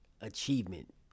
achievement